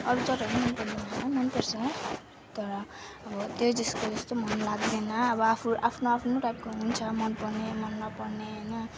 अरू चराहरू मनपर्दैन होइन मनपर्छ तर अब त्यो जस्तो मन लाग्दैन अब आफू आफ्नो आफ्नो टाइपको हुन्छ मनपर्ने मन नपर्ने होइन